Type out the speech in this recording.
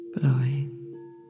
blowing